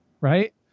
Right